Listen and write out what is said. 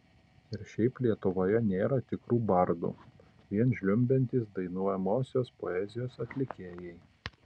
ir šiaip lietuvoje nėra tikrų bardų vien žliumbiantys dainuojamosios poezijos atlikėjai